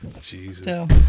Jesus